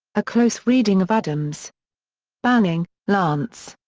a close reading of adams banning, lance.